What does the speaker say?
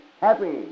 happy